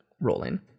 rolling